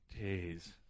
jeez